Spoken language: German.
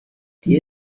die